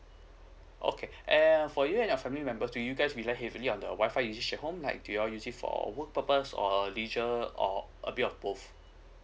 okay and for you and your family member do you guys rely heavily on the wifi usage at home like do you use it for work purpose or leisure or a bit of both